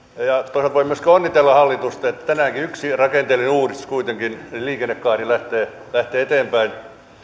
toisaalta voin myöskin onnitella hallitusta että tänäänkin yksi rakenteellinen uudistus kuitenkin liikennekaari lähtee lähtee eteenpäin